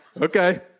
Okay